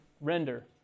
render